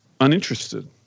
Uninterested